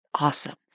awesome